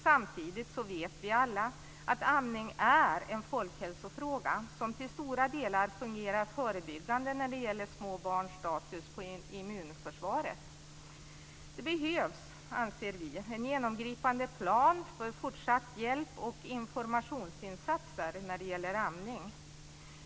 Samtidigt vet vi alla att amning är en folkhälsofråga och till stora delar fungerar förebyggande när det gäller små barns status på immunförsvaret. Det behövs, anser vi, en genomgripande plan för fortsatta hjälp och informationsinsatser när det gäller amning.